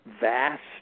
vast